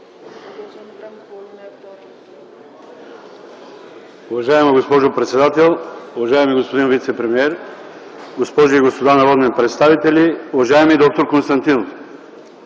Уважаема госпожо председател, уважаеми господин вицепремиер, госпожи и господа народни представители, уважаеми д-р Константинов!